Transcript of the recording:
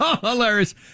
Hilarious